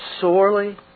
sorely